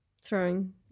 throwing